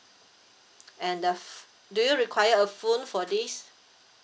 and the f~ do you require a phone for this